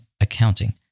Accounting